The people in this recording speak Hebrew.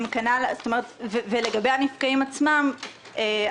לגבי הנפגעים עצמם,